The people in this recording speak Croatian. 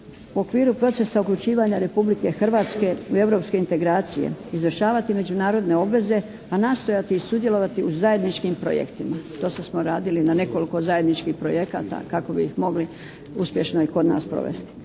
U okviru procesa uključivanja Republike Hrvatske u europske integracije, izvršavati međunarodne obveze, a nastojati i sudjelovati u zajedničkim projektima. Do sada smo radili na nekoliko zajedničkih projekata kako bi ih mogli uspješno i kod nas provesti.